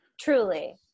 truly